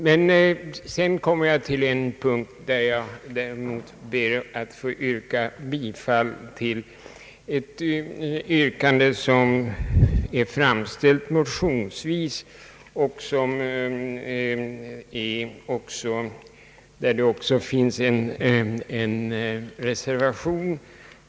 Sedan kommer jag till en punkt där jag ber att senare få yrka bifall till ett förslag som är framställt motionsvis och till vilket också fogats en reservation.